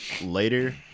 later